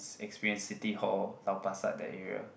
experience City Hall lau-pa-sat that area